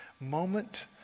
moment